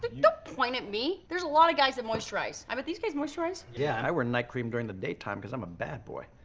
but you know point at me. there's a lot of guys that moisturize. i bet but these guys moisturize. yeah and i wear night cream during the daytime cause i'm a bad boy.